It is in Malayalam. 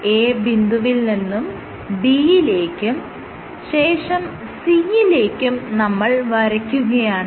A ബിന്ദുവിൽ നിന്നും B യിലേക്കും ശേഷം C യിലേക്കും നമ്മൾ വരയ്ക്കുകയാണ്